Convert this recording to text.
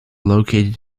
located